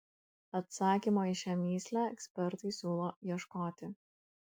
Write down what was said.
atsakymo į šią mįslę ekspertai siūlo ieškoti